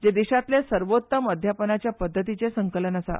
जे देशांतले सर्वोत्तम अध्यापनाच्या पद्दतींचे संकलन आसा